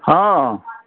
हँ